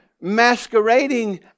masquerading